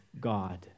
God